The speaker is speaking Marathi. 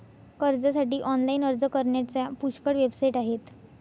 कर्जासाठी ऑनलाइन अर्ज करण्याच्या पुष्कळ वेबसाइट आहेत